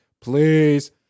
please